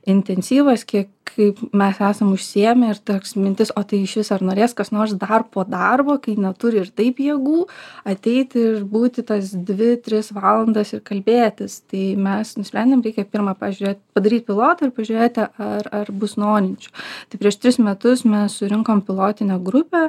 intensyvas kiek kaip mes esam užsiėmę ir toks mintis o tai iš viso ar norės kas nors dar po darbo kai neturi ir taip jėgų ateiti išbūti tas dvi tris valandas ir kalbėtis tai mes nusprendėm reikia pirma pažiūrėti padaryti pilotą ir pažiūrėti ar ar bus norinčių tai prieš tris metus mes surinkom pilotinę grupę